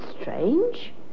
strange